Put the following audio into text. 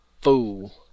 Fool